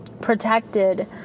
protected